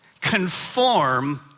conform